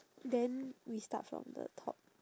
then we start from the top